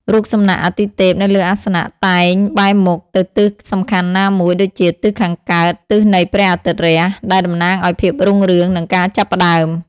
រូបសំណាកអាទិទេពនៅលើអាសនៈតែងបែរមុខទៅទិសសំខាន់ណាមួយ ដូចជាទិសខាងកើត (ទិសនៃព្រះអាទិត្យរះ) ដែលតំណាងឱ្យភាពរុងរឿង និងការចាប់ផ្ដើម។